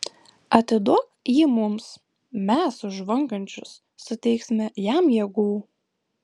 atiduok jį mums mes už žvangančius suteiksime jam jėgų